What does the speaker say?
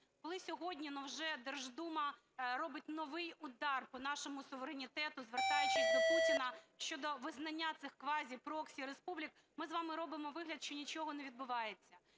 коли сьогодні вже Держдума робить новий удар по нашому суверенітету, звертаючись до Путіна щодо визнання квазіпроксіреспублік, ми з вами робимо вигляд, що нічого не відбувається.